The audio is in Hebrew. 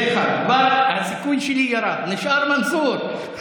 זה אחד, כבר הסיכוי שלי ירד, נשאר מנסור.